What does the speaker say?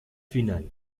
final